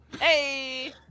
Hey